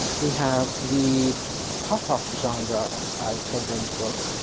we have the pop-up genre of children's books.